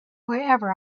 wherever